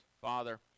Father